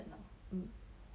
um